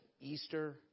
Easter